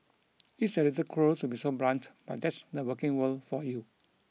it's a little cruel to be so blunt but that's the working world for you